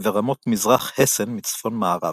ורמות מזרח הסן מצפון-מערב.